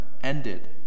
ended